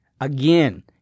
Again